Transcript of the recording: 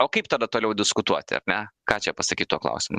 o kaip tada toliau diskutuoti ar ne ką čia pasakyt tuo klausimu